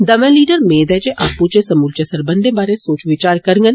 दमैं लीडर मेद ऐ जे आपू इचें समूलचे सरबंधै बारे सोच विचार करङन